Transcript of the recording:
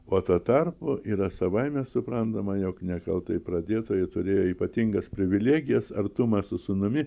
o tuo tarpu yra savaime suprantama jog nekaltai pradėtajai turėjo ypatingas privilegijas artumą su sūnumi